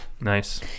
Nice